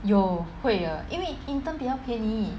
有会的因为 intern 比较便宜